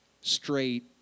straight